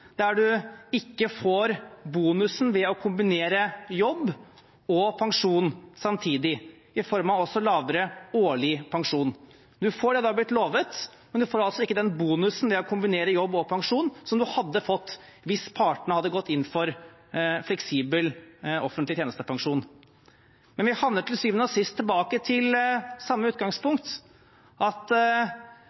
der man ikke får bonusen ved å kombinere jobb og pensjon samtidig, i form av lavere årlig pensjon. Man får det man har blitt lovet, men man får ikke bonusen det er å kombinere jobb og pensjon, som man hadde fått hvis partene hadde gått inn for fleksibel offentlig tjenestepensjon. Men vi havner til syvende og sist tilbake til samme utgangspunkt, at